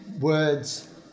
words